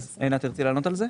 עינת, תרצי לענות על זה?